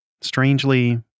Strangely